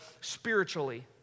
spiritually